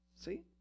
see